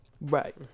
Right